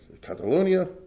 Catalonia